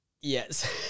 Yes